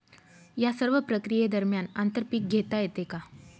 या सर्व प्रक्रिये दरम्यान आंतर पीक घेता येते का?